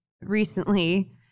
recently